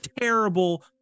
terrible